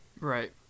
Right